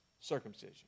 circumcision